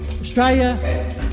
Australia